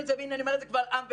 והנה אני אומר זה קבל עם ועדה,